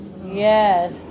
Yes